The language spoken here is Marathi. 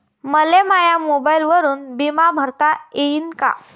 मले माया मोबाईलवरून बिमा भरता येईन का?